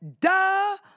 duh